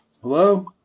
Hello